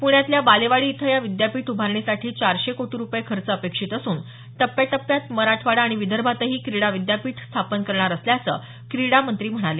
पुण्यातल्या बालेवाडी इथं या विद्यापीठ उभारणीसाठी चारशे कोटी रुपये खर्च अपेक्षित असून टप्प्या टप्प्यात मराठवाडा आणि विदर्भातही क्रीडा विद्यापीठ स्थापन करणार असल्याचं क्रीडा मंत्री म्हणाले